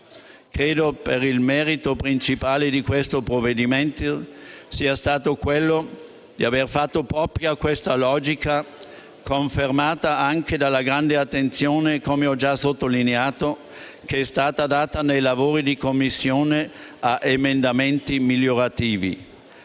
Credo che il merito principale del provvedimento in discussione sia stato quello di aver fatto propria questa logica, confermata anche dalla grande attenzione - come avevo già sottolineato - che è stata data nei lavori di Commissione a emendamenti migliorativi.